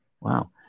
Wow